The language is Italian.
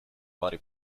vari